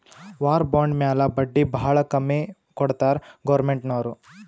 war bond ಮ್ಯಾಲ ಬಡ್ಡಿ ಭಾಳ ಕಮ್ಮಿ ಕೊಡ್ತಾರ್ ಗೌರ್ಮೆಂಟ್ನವ್ರು